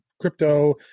crypto